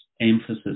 emphasis